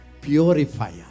purifier